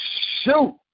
shoot